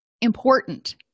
important